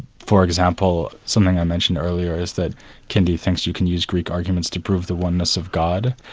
for example, something i mentioned earlier is that kindi thinks you can use greek arguments to prove the oneness of god,